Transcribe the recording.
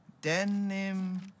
Denim